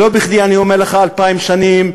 לא בכדי אני אומר לך אלפיים שנים,